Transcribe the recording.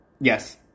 Yes